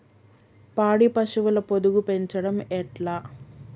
పాడి పశువుల పొదుగు పెంచడం ఎట్లా?